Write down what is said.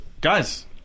guys